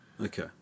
Okay